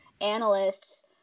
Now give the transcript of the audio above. analysts